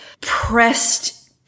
pressed